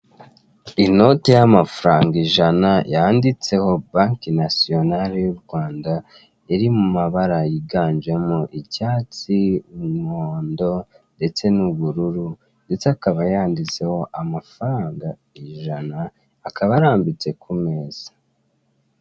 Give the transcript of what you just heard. Inoti y'amafaranga ijana yanditseho banki nasiyonanali y'u Rwanda, iri mu mabara yiganjemo icyatsi, umuhondo, ndetse n'ubururu ndetse akaba yanditseho amafaranga ijana, akaba arambitse ku meza.